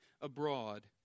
abroad